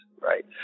right